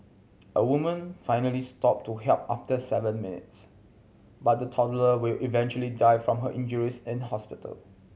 a woman finally stopped to help after seven minutes but the toddler will eventually die from her injuries in hospital